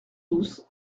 douze